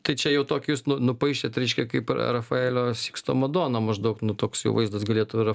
tai čia jau tokį jūs nupaišėt reiškia kaip rafaelio siksto madoną maždaug toks jau vaizdas galėtų ir